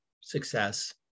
success